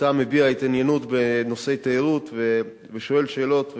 אתה מביע התעניינות בנושא התיירות ושואל שאלות,